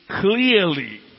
clearly